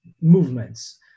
movements